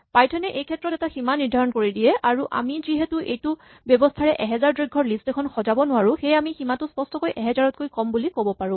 Python এ এইক্ষেত্ৰত এটা সীমা নিৰ্দ্ধাৰণ কৰি দিয়ে আৰু আমি যিহেতু এইটো ব্যৱস্হাৰে ১০০০ দৈৰ্ঘ্যৰ লিষ্ট এখন সজাব নোৱাৰো সেয়েহে আমি সীমাটো স্পষ্টকৈ ১০০০তকৈ কম বুলি ক'ব পাৰো